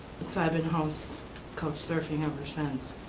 so i've been house couch-surfing ever since.